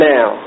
Now